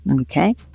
okay